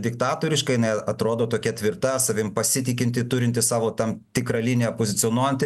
diktatorišką jinai atrodo tokia tvirta savim pasitikinti turinti savo tam tikrą liniją pozicionuojanti